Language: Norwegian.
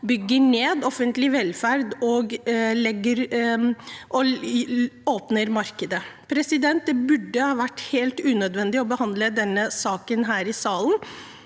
bygger ned offentlig velferd og åpner markedet. Det burde ha vært helt unødvendig å behandle denne saken her i salen.